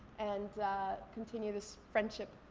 and continue this friendship.